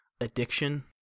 addiction